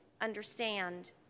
understand